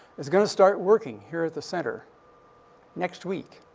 is gonna start working here at the center next week.